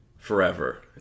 Forever